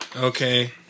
Okay